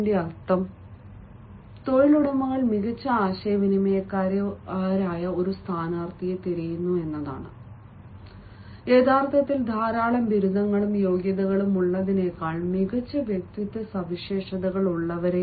അർത്ഥം തൊഴിലുടമകൾ മികച്ച ആശയവിനിമയക്കാരായ ഒരു സ്ഥാനാർത്ഥിയെ തിരയുന്നു യഥാർത്ഥത്തിൽ ധാരാളം ബിരുദങ്ങളും യോഗ്യതകളും ഉള്ളതിനേക്കാൾ മികച്ച വ്യക്തിത്വ സവിശേഷതകൾ ഉള്ളവരാണ്